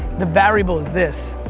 the variable is this.